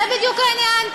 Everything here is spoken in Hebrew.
זה בדיוק העניין.